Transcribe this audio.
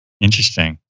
Interesting